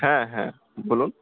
হ্যাঁ হ্যাঁ বলুন